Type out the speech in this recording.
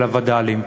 של הווד"לים,